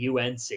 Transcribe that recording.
UNC